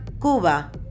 Cuba